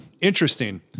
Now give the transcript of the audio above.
Interesting